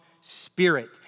spirit